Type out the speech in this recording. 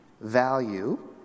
value